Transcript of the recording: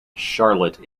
charlotte